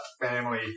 family